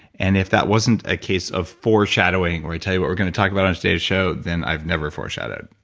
and if that wasn't a case of foreshadowing where i tell you what we're going to talk about on today's show, then i've never foreshadowed.